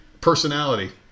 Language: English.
personality